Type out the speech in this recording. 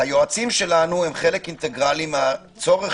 היועצים שלנו הם חלק אינטגרלי מהצורך